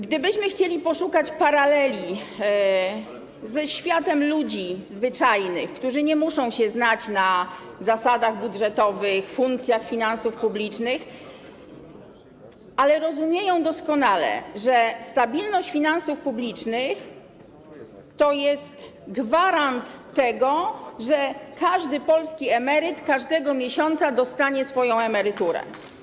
Gdybyśmy chcieli poszukać paraleli ze światem ludzi zwyczajnych, którzy nie muszą się znać na zasadach budżetowych, funkcjach finansów publicznych, ale rozumieją doskonale, że stabilność finansów publicznych to jest gwarant tego, że każdy polski emeryt każdego miesiąca dostanie swoją emeryturę.